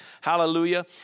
hallelujah